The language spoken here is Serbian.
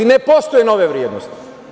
Ne postoje nove vrednosti.